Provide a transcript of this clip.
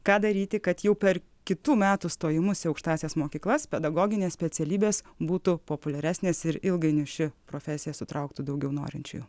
ką daryti kad jau per kitų metų stojimus į aukštąsias mokyklas pedagoginės specialybės būtų populiaresnės ir ilgainiui ši profesija sutrauktų daugiau norinčiųjų